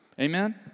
Amen